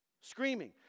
screaming